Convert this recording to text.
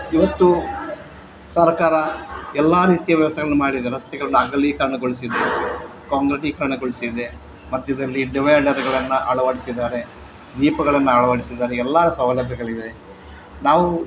ಇವತ್ತು ಸರ್ಕಾರ ಎಲ್ಲ ರೀತಿಯ ವ್ಯವಸ್ಥೆಗಳನ್ನು ಮಾಡಿದೆ ರಸ್ತೆಗಳನ್ನು ಅಗಲೀಕರಣಗೊಳಿಸಿದ್ದು ಕಾಂಕ್ರಿಟೀಕರಣಗೊಳಿಸಿದೆ ಮಧ್ಯದಲ್ಲಿ ಡಿವೈಡರುಗಳನ್ನು ಅಳವಡಿಸಿದ್ದಾರೆ ದೀಪಗಳನ್ನು ಅಳವಡಿಸಿದ್ದಾರೆ ಎಲ್ಲ ಸೌಲಭ್ಯಗಳಿವೆ ನಾವು